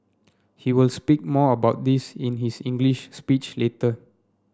he will speak more about this in his English speech later